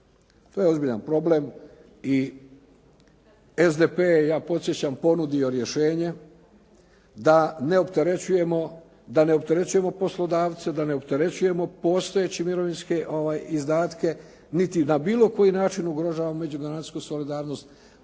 To je ozbiljan problem i SDP je ja podsjećam ponudio rješenje da ne opterećujemo poslodavce, da ne opterećujemo postojeće mirovinske izdatke, niti da na bilo koji način ugrožavamo međugeneracijsku solidarnost.